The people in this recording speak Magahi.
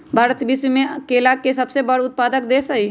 भारत विश्व में केला के सबसे बड़ उत्पादक देश हई